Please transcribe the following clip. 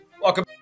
Welcome